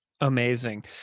Amazing